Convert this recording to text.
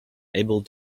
able